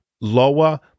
lower